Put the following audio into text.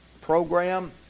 program